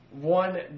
one